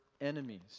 enemies